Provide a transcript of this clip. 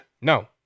No